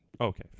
okay